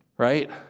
Right